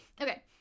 okay